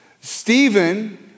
Stephen